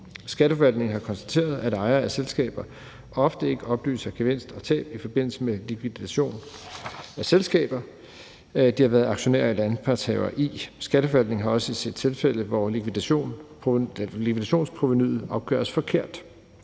Skatteforvaltningen har konstateret, at ejere af selskaber ofte ikke oplyser gevinster og tab i forbindelse med likvidation af selskaber, de har været aktionærer eller anpartshavere i. Skatteforvaltningen har også set tilfælde, hvor likvidationsprovenuet opgøres forkert.